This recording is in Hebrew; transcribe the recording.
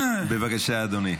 בבקשה, אדוני.